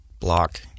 Block